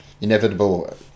inevitable